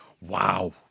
wow